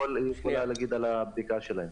היא יכולה להגיד על הבדיקה שלהם.